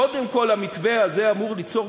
קודם כול,